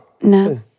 No